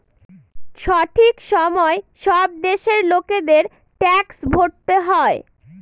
সঠিক সময়ে সব দেশের লোকেদের ট্যাক্স ভরতে হয়